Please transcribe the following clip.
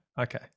okay